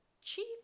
Chief